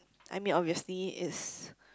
I mean obviously it's